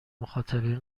مخاطبین